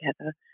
together